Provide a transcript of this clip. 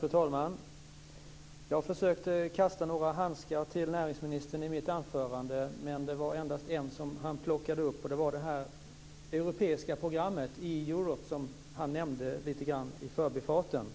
Fru talman! Jag försökte kasta några handskar till näringsministern i mitt anförande, men det var endast en som han plockade upp. Det var det här europeiska programmet, e-Europe, som han nämnde lite grann i förbifarten.